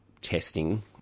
testing